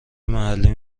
محلی